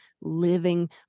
living